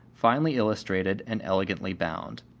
finely illustrated and elegantly bound.